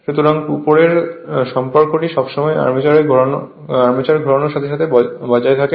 সুতরাং উপরের সম্পর্কটি সবসময় আর্মেচার ঘোরানোর সাথে সাথে বজায় থাকে